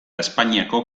espainiako